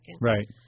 Right